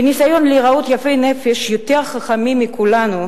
בניסיון להיראות יפי נפש, יותר חכמים מכולנו,